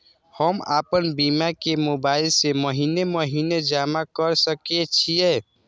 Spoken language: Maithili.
हम आपन बीमा के मोबाईल से महीने महीने जमा कर सके छिये?